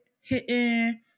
hitting